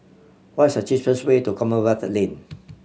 what is the cheapest way to Commonwealth Lane